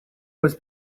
was